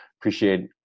appreciate